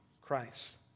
Christ